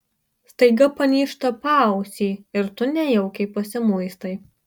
staiga panyžta paausį ir tu nejaukiai pasimuistai